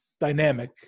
dynamic